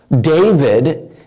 David